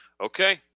Okay